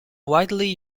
widely